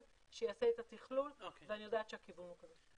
שיעשה את התכלול ואני יודעת שהכיוון הוא כזה.